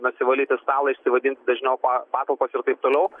nusivalyti stalą išsivedint dažniau patalpas ir taip toliau